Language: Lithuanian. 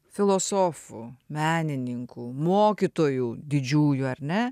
filosofų menininkų mokytojų didžiųjų ar ne